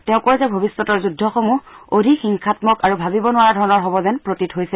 তেওঁ কয় যে ভৱিষ্যতৰ যুদ্ধসমূহ অধিক হিংসাম্মক আৰু ভাবিব নোৱাৰা ধৰণৰ হ'ব যেন প্ৰতীত হৈছে